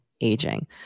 aging